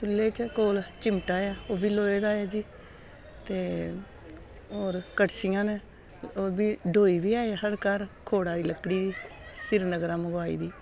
चुल्ले च कोल चिमटा ऐ ओह् बी लोहे दा ऐ जी ते होर कड़छियां न ओह् बी डोई बी ऐ साढ़े घर खोड़ा दी लकड़ी श्रीनगरा मंगवाई दी